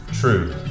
true